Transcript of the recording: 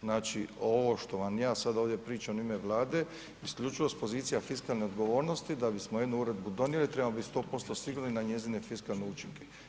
Znači, ovo što vam ja sad ovdje pričam u ime Vlade isključivo s pozicija fiskalne odgovornosti, da bismo jednu uredbu donijeli trebamo biti 100% sigurni na njezine fiskalne učinke.